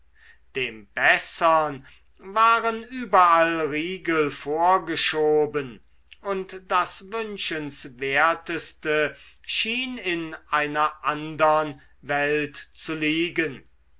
dem bessern waren überall riegel vorgeschoben und das wünschenswerteste schien in einer andern welt zu liegen